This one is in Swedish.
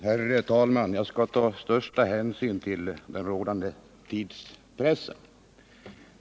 Herr talman! Jag skall ta största hänsyn till den rådande tidpunkten.